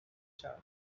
charge